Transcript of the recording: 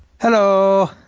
Hello